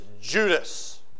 Judas